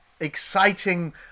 exciting